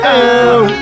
out